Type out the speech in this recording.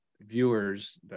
viewers